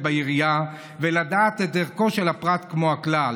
בעירייה ולדעת את ערכו של הפרט כמו של הכלל.